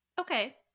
okay